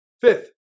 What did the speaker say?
Fifth